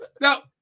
Now